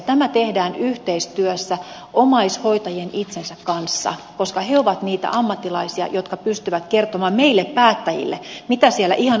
tämä tehdään yhteistyössä omaishoitajien itsensä kanssa koska he ovat niitä ammattilaisia jotka pystyvät kertomaan meille päättäjille mitä siellä ihan oikeasti tarvitaan